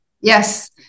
yes